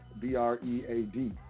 B-R-E-A-D